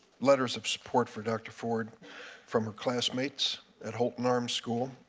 letters of support for dr. ford from her classmates at holton arms school.